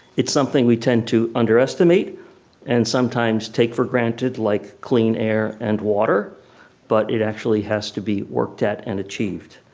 it's something we tend to underestimate and sometimes take for granted like clean air and water but it actually has to be worked at and achieved.